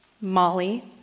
Molly